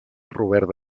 robert